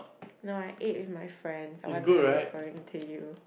no I ate with my friends I wasn't referring to you